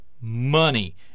money